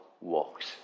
walks